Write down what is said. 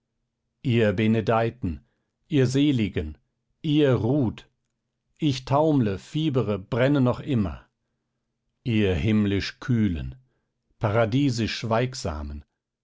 ihr benedeiten ihr seligen ihr ruht ich taumle fiebere brenne noch immer ihr himmlisch kühlen paradiesisch schweigsamen